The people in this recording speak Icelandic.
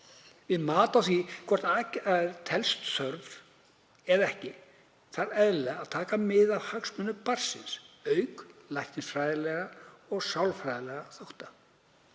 Við mat á því hvort aðgerð teljist óþörf eða ekki þarf eðlilega að taka mið af hagsmunum barnsins auk læknisfræðilegra og sálfræðilegra þátta.